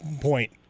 point